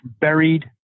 buried